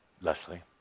Leslie